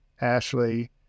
Ashley